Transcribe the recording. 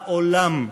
לעולם.